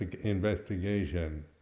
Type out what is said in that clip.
investigation